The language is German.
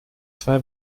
zwei